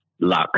luck